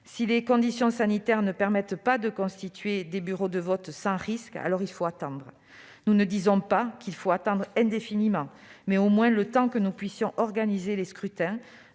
Si les conditions sanitaires ne permettent pas de constituer des bureaux de vote sans risque, alors il faut attendre. Nous n'affirmons pas qu'il faut attendre indéfiniment, mais au moins le temps que nous puissions organiser les scrutins,